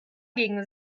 gegen